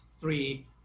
three